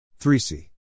3C